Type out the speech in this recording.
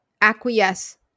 acquiesce